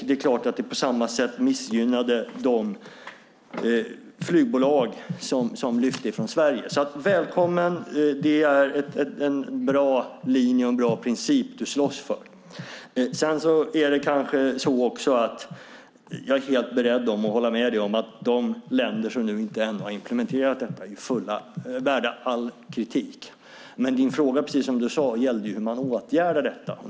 Det är klart att detta på samma sätt missgynnade de flygbolag vars plan lyfte från Sverige. Välkommen alltså, för det är en bra linje och en bra princip som du, Anders Ygeman, slåss för! Jag är helt beredd att hålla med dig om att de länder som ännu inte implementerat detta förtjänar all kritik. Men din fråga var - precis som du här sagt - hur man åtgärdar detta.